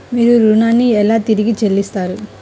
మీరు ఋణాన్ని ఎలా తిరిగి చెల్లిస్తారు?